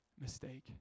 mistake